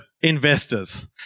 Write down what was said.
investors